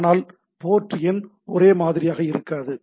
ஆனால் போர்ட் எண் ஒரே மாதிரியாக இருக்காது